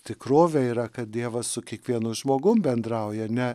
tikrovė yra kad dievas su kiekvienu žmogum bendrauja ne